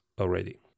already